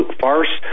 farce